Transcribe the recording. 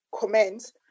comments